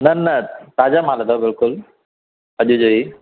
न न ताज़ा माल अथव बिल्कुल अॼु जो ई